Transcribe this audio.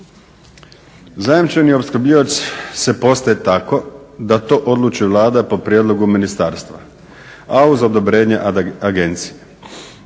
Zajamčeni opskrbljivač se postaje tako da to odluči Vlada po prijedlogu ministarstva, a uz odobrenje agencije.